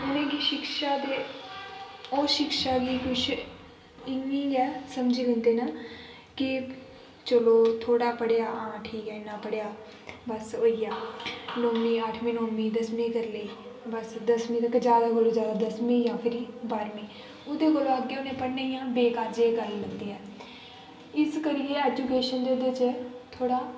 उ'नेंगी पढ़ाई दी उ'न्नी ओह् निं दिंदे उ'नें गी शिक्षा दे शिक्षा गी कुछ इ'यां गै समझी लैंदे न कि चलो थोह्ड़ा पढे़आ आं ठीक ऐ इ'न्ना पढ़ेआ बस होइया नौमीं अठमीं नौमीं दसमीं करी लेई बस दसमीं तक्कर जादै कोला जादै दसमीं जां फिरी बारह्मीं उ'दे कोला अग्गें पढ़ना उ'नें गी इं'या बेकार जेही गल्ल लगदी ऐ इस करियै एजुकेशन दे बिच थोह्ड़ा